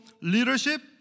leadership